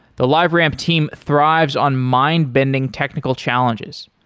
the liveramp team thrives on mind-bending technical challenges.